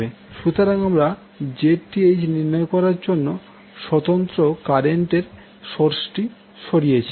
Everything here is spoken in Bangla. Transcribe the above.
সুতরাং আমরা Zth নির্ণয় করার জন্য স্বতন্ত্র কারেন্ট এর সোর্সটি সরিয়েছি